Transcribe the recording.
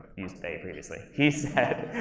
used a previously. he said,